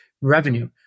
revenue